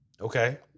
Okay